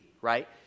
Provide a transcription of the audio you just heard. right